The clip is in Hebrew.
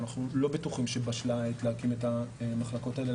אנחנו לא בטוחים שבשלה העת להקים את המחלקות האלה.